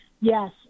yes